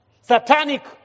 satanic